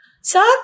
suck